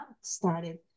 started